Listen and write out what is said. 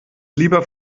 lieber